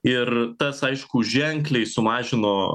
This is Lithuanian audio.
ir tas aišku ženkliai sumažino